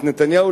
את נתניהו,